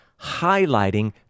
highlighting